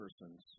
persons